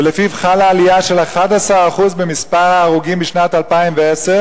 ולפיו חלה עלייה של 11% במספר ההרוגים בשנת 2010,